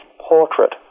portrait